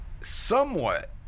somewhat